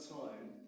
time